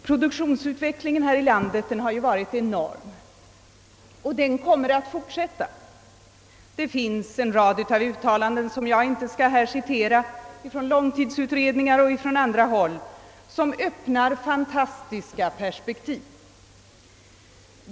Produktionsutvecklingen här i landet har varit enorm, och den kommer att fortsätta. Det finns en rad uttalanden av långtidsutredningen och från andra håll — jag skall inte citera dem här — som öppnar fantastiska perspektiv.